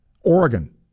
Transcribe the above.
Oregon